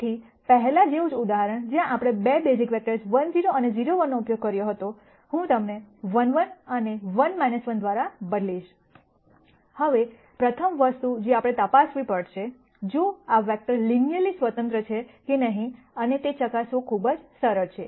તેથી પહેલા જેવું જ ઉદાહરણ જ્યાં આપણે 2 બેસીસ વેક્ટર્સ 1 0 અને 0 1 નો ઉપયોગ કર્યો હતો હું તેમને 1 1 અને 1 1 દ્વારા બદલીશ હવે પ્રથમ વસ્તુ જે આપણે તપાસવી પડશે જો આ વેક્ટર લિનયરલી સ્વતંત્ર છે કે નહીં અને તે ચકાસવું ખૂબ જ સરળ છે